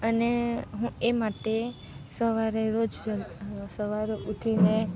અને હું એ માટે સવારે રોજ સવારે ઉઠીને